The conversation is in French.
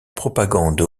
propagande